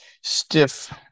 stiff